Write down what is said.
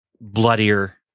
bloodier